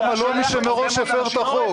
למה לא מי שמראש הפר את החוק?